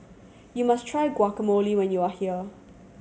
you must try Guacamole when you are here